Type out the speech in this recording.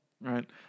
Right